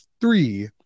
three